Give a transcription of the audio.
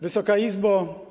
Wysoka Izbo!